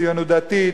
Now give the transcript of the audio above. ציונית דתית,